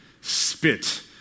spit